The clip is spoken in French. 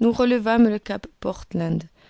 nous relevâmes le cap portland